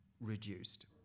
reduced